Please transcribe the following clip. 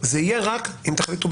זה יהיה רק אם תחליטו,